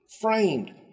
framed